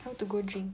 how to go drink